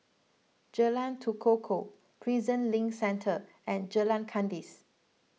Jalan Tekukor Prison Link Centre and Jalan Kandis